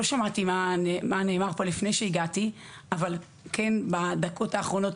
לא שמעתי מה נאמר פה לפני שהגעתי אבל בדקות האחרונות